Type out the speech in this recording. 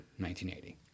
1980